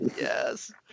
yes